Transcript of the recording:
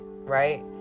right